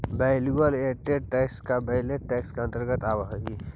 value added tax ad valorem tax के अंतर्गत आवऽ हई